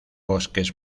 bosques